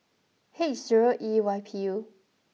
H zero E Y P U